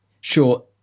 Sure